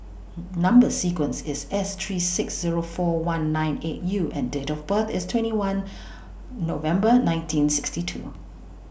Number sequence IS S three six Zero four one nine eight U and Date of birth IS twenty one November nineteen sixty two